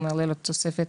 זה גם עולה בתוספת,